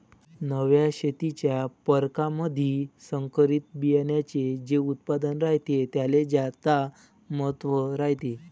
नव्या शेतीच्या परकारामंधी संकरित बियान्याचे जे उत्पादन रायते त्याले ज्यादा महत्त्व रायते